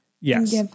Yes